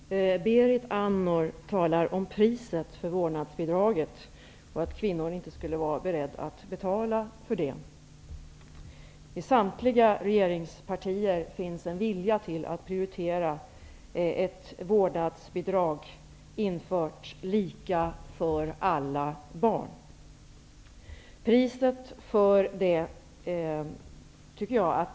Herr talman! Berit Andnor talar om priset för vårdnadsbidraget och om att kvinnor inte skulle vara beredda att betala det. I samtliga regeringspartier finns en vilja att prioritera ett vårdnadsbidrag, som skall vara lika för alla barn.